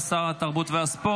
תודה רבה לשר התרבות והספורט.